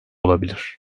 olabilir